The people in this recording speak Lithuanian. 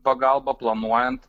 pagalbą planuojant